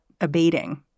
abating